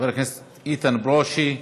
חבר הכנסת איתן ברושי.